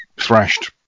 thrashed